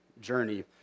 journey